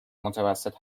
متوسط